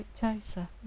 chaser